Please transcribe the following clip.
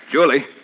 Julie